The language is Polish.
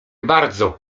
bardzo